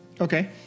Okay